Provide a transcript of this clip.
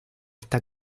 está